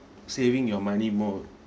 saving your money more